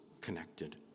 connected